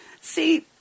See